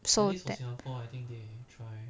so that